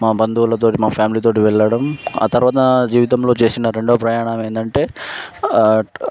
మా బంధువులతోటి మా ఫ్యామిలీతో వెళ్ళడం ఆ తర్వాత జీవితంలో చేసిన రెండో ప్రయాణం ఏంటి అంటే